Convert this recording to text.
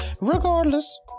Regardless